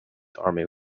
army